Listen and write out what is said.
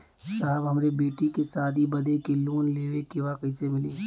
साहब हमरे बेटी के शादी बदे के लोन लेवे के बा कइसे मिलि?